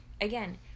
again